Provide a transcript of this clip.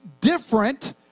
different